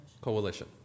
coalition